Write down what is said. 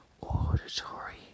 auditory